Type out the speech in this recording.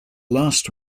last